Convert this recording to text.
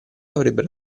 avrebbero